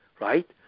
right